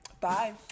Bye